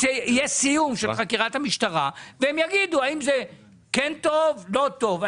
סיום של חקירת המשטרה והם יגידו האם זה כן טוב או לא טוב ,